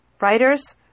writers